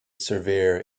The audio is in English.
surveyor